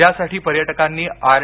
त्यासाठी पर्यटकांनी आर